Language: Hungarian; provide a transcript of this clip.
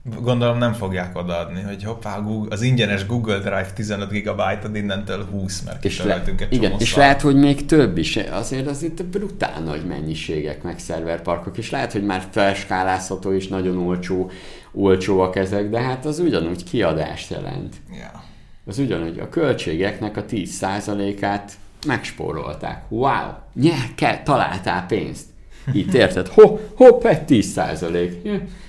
B- gondolom nem fogják odaadni, hogy hoppá, Google- az ingyenes Google Drive 15 gigabyte-od innentől 20 mert És le- kitöröltünk egy igen, csomó és szart. lehet, hogy még több is. Azért az itt brutál nagy mennyiségek, meg szerverparkok, és lehet, hogy már felskálázható és nagyon olcsó- olcsóak ezek, de hát az ugyanúgy kiadást jelent. Ja. Az ugyanúgy, a költségeknek a 10%-át megspórolták. Wow! Nyerke- találtál pénzt. Itt érted? Ho- hopp, egy 10%. Jö.